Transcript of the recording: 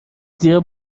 زیرا